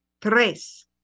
tres